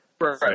Right